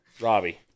Robbie